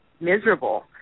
miserable